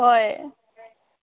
ꯍꯣꯏ